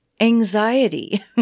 anxiety